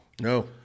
No